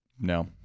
No